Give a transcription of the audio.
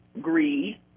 greed